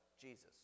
Jesus